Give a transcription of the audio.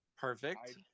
Perfect